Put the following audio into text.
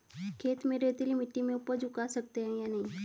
खेत में रेतीली मिटी में उपज उगा सकते हैं या नहीं?